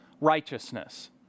righteousness